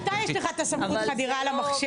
אבל מתי יש לך סמכות חדירה למחשב?